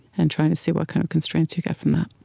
and trying to see what kind of constraints you get from that